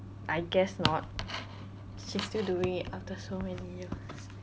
I guess not she's still doing after so many years